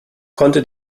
konnte